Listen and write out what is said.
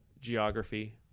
geography